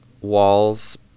walls